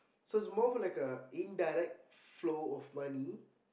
so it's more of like a indirect flow of money